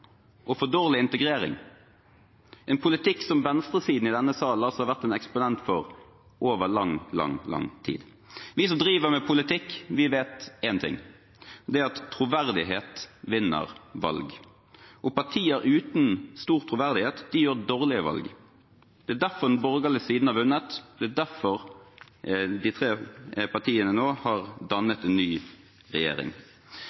og for dårlig integrering – en politikk venstresiden i denne salen har vært eksponent for i lang, lang tid. Vi som driver med politikk, vet én ting – det er at troverdighet vinner valg. Partier uten stor troverdighet gjør dårlige valg. Det er derfor den borgerlige siden har vunnet, det er derfor de tre partiene nå har